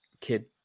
kid